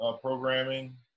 programming